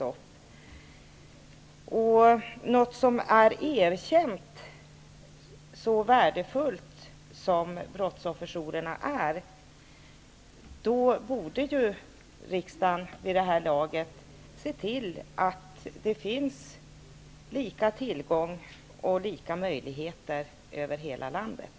Brottsofferjourerna är erkänt värdefulla. Riksdagen borde därför vid det här laget se till att det finns lika tillgång och lika möjligheter över hela landet.